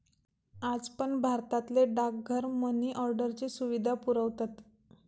आज पण भारतातले डाकघर मनी ऑर्डरची सुविधा पुरवतत